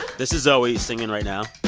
this is zoe singing right now